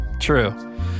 True